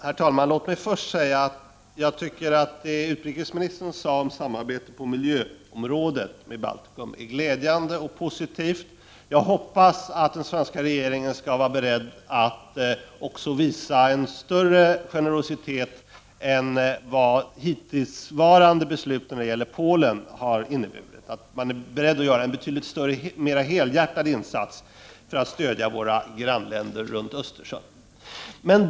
Herr talman! Låt mig först säga att jag anser att det som utrikesministern sade om samarbete på miljöområdet med Baltikum är glädjande och positivt. Jag hoppas att den svenska regeringen är beredd att också visa en större generositet än de hittillsvarande besluten när det gäller Polen har inneburit och att regeringen är beredd att göra en mer helhjärtad insats för att stödja våra grannländer runt Östersjön.